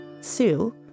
Sue